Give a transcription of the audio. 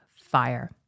fire